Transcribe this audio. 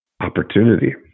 opportunity